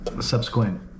subsequent